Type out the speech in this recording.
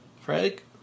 Frank